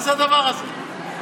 מה זה הדבר הזה?